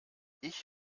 ich